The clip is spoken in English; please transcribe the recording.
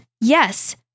yes